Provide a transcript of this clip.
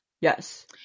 Yes